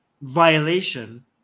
violation